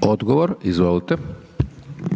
**Hajdaš Dončić,